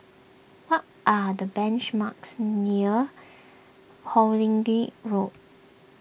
what are the banch marks near Hawkinge Road